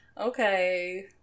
okay